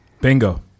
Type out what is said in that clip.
Bingo